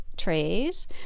trays